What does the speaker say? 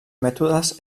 mètodes